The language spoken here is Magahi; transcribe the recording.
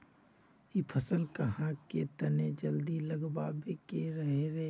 इ फसल आहाँ के तने जल्दी लागबे के रहे रे?